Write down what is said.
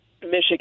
michigan